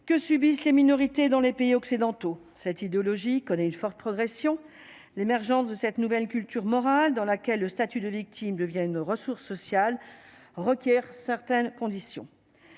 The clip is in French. que subissent les minorités dans les pays occidentaux, cette idéologie connaît une forte progression, l'émergence de cette nouvelle culture morale dans laquelle le statut de victime devient une ressource sociale requiert certaines conditions